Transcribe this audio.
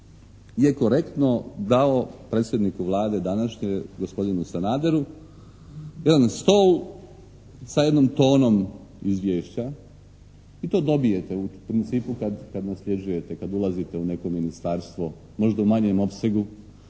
je korektno dao predsjedniku Vlade današnje gospodinu Sanaderu jedan stol sa jednom tonom izvješća i to dobijete u principu kad nasljeđujete, kad ulazite u neko ministarstvo, možda u manjem opsegu.